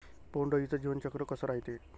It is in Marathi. बोंड अळीचं जीवनचक्र कस रायते?